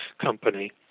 company